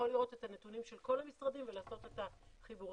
לראות את הנתונים של כל המשרדים ולעשות את החיבורים.